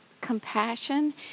compassion